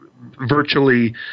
virtually